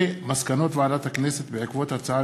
מסקנות ועדת הכנסת בעקבות דיון בהצעות